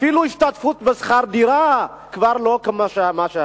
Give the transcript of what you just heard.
אפילו ההשתתפות בשכר דירה היא כבר לא מה שהיה.